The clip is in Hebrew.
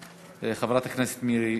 של חבר הכנסת מיקי רוזנטל.